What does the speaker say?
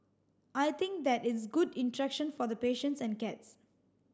I think that it's good interaction for the patients and cats